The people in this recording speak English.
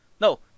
No